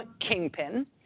kingpin